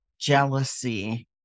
jealousy